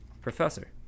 Professor